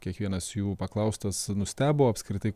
kiekvienas jų paklaustas nustebo apskritai